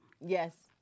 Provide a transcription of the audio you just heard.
yes